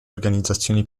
organizzazioni